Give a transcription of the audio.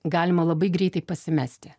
galima labai greitai pasimesti